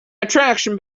attraction